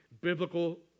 biblical